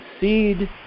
seed